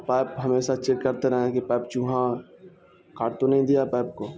pipe ہمیشہ check کرتے رہیں کہ پائپ چوہا کاٹ تو نہیں دیا ہے پائپ کو